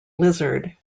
lizard